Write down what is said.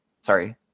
Sorry